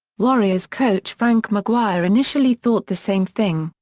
warriors coach frank mcguire initially thought the same thing,